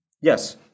Yes